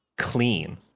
clean